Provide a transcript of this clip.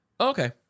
Okay